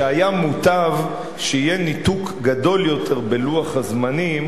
שהיה מוטב שיהיה ניתוק גדול יותר בלוח הזמנים